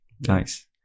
nice